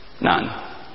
None